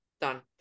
done